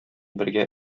бергә